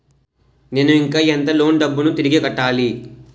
నేను ఇంకా ఎంత లోన్ డబ్బును తిరిగి కట్టాలి?